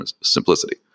simplicity